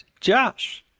Josh